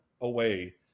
away